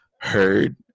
heard